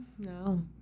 No